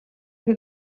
que